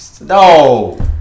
No